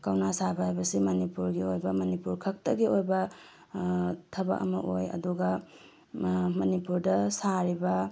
ꯀꯧꯅꯥ ꯁꯥꯕ ꯍꯥꯏꯕꯁꯤ ꯃꯅꯤꯄꯨꯔꯒꯤ ꯑꯣꯏꯕ ꯃꯅꯤꯄꯨꯔ ꯈꯛꯇꯒꯤ ꯑꯣꯏꯕ ꯊꯕꯛ ꯑꯃ ꯑꯣꯏ ꯑꯗꯨꯒ ꯃꯅꯤꯄꯨꯔꯗ ꯁꯥꯔꯤꯕ